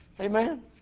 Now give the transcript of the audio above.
Amen